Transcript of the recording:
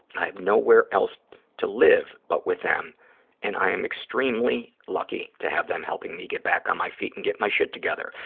i have nowhere else to live but with them and i am extremely lucky to have them helping me get back on my feet and get my shit together.